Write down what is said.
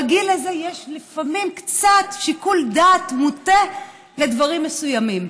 בגיל הזה יש לפעמים קצת שיקול דעת מוטה לדברים מסוימים.